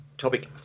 Topic